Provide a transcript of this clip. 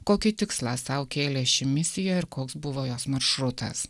kokį tikslą sau kėlė ši misija ir koks buvo jos maršrutas